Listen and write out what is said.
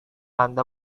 anda